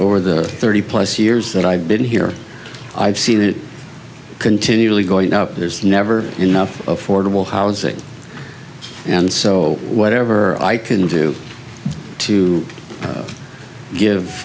over the thirty plus years that i've been here i've seen it continually go up there's never enough affordable housing and so whatever i can do to give